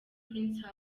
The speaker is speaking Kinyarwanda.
prince